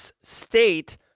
state